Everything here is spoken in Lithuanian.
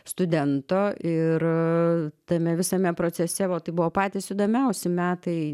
studento ir tame visame procese vo tai buvo patys įdomiausi metai